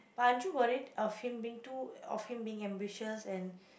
but are you worried of him being too of him being ambitious and